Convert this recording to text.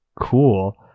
cool